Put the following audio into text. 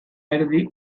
erdi